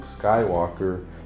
Skywalker